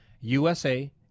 USA